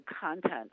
content